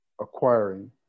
acquiring